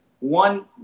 One